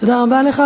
תודה רבה לך.